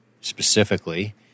specifically